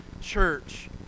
church